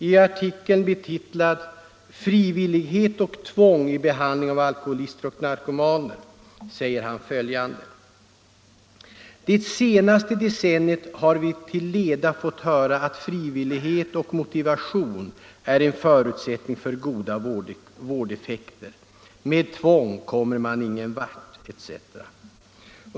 I en artikel betitlad ”Frivillighet och tvång i behandlingen av alkoholister och narkomaner” säger han följande: ”Det senaste decenniet har vi till leda fått höra att frivillighet och motivation är en förutsättning för goda vårdeffekter —-—-- med tvång kommer man ingen vart” etc.